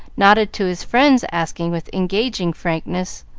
nodded to his friends, asking, with engaging frankness,